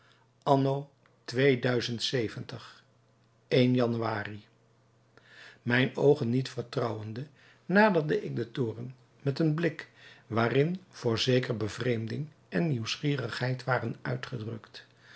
anno e januari mijne oogen niet vertrouwende naderde ik den toren met eenen blik waarin voorzeker bevreemding en nieuwsgierigheid waren uitgedrukt